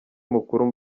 mukuru